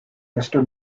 mister